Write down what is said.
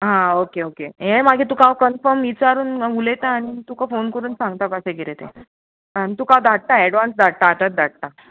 आं okay okay हें मागीर तुका हांव कन्फर्म विचारून उलयतां आनी तुका फोन करून सांगता कशें किरें तें आनी तुका आतां आत्तां एडवांस धाडटा आतात धाडटा